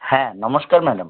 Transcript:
হ্যাঁ নমস্কার ম্যাডাম